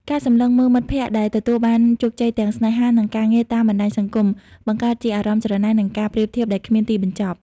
ការសម្លឹងមើលមិត្តភក្តិដែលទទួលបានជោគជ័យទាំងស្នេហា និងការងារតាមបណ្តាញសង្គម បង្កើតជាអារម្មណ៍ច្រណែន និងការប្រៀបធៀបដែលគ្មានទីបញ្ចប់។